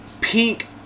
pink